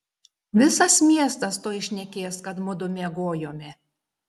visas miestas tuoj šnekės kad mudu miegojome